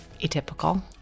atypical